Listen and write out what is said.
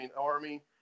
Army